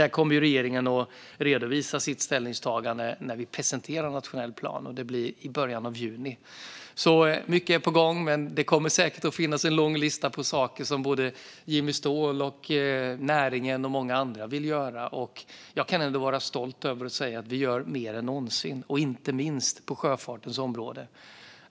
Regeringen kommer att redovisa sitt ställningstagande när vi presenterar nationell plan, vilket blir i början av juni. Mycket är alltså på gång, även om det säkert kommer att finnas en lång lista på saker som både Jimmy Ståhl, näringen och många andra vill göra. Jag är ändå stolt över att kunna säga att vi gör mer än någonsin på sjöfartens område.